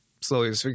Slowly